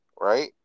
right